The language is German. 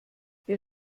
wer